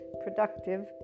productive